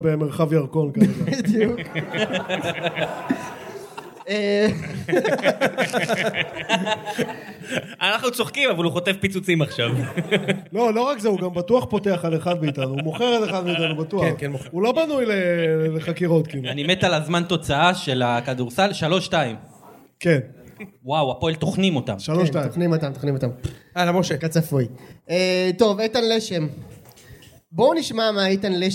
במרחב ירקון ככה. בדיוק. אנחנו צוחקים, אבל הוא חוטף פיצוצים עכשיו. לא, לא רק זה, הוא גם בטוח פותח על אחד מאיתנו. הוא מוכר את אחד מאיתנו, בטוח. כן, כן, מוכר. הוא לא בנוי לחקירות, כאילו. אני מת על הזמן תוצאה של הכדורסל. שלוש, שתיים. כן. וואו, הפועל טוחנים אותם. שלוש, שתיים. טוחנים אותם, טוחנים אותם. הלאה, משה, כצפוי. טוב, איתן לשם. בואו נשמע מה איתן לשם...